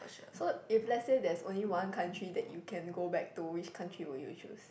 so if let's say there's only one country that you can go back to which country would you choose